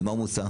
למה הוא מוסע?